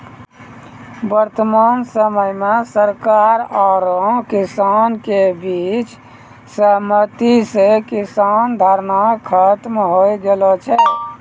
वर्तमान समय मॅ सरकार आरो किसान के बीच सहमति स किसान धरना खत्म होय गेलो छै